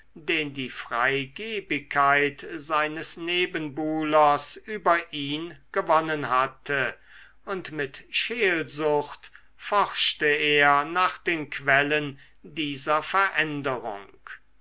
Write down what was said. den die freigebigkeit seines nebenbuhlers über ihn gewonnen hatte und mit scheelsucht forschte er nach den quellen dieser veränderung